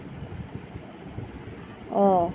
ও